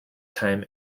time